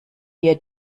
hier